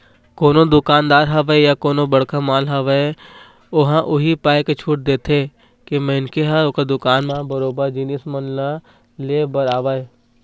कोनो दुकानदार होवय या कोनो बड़का मॉल होवय ओहा उही पाय के छूट देथे के मनखे ह ओखर दुकान म बरोबर जिनिस मन ल ले बर आवय